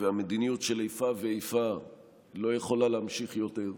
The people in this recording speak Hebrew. והמדיניות של איפה ואיפה לא יכולה להימשך יותר.